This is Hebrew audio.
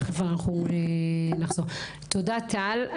תודה טל.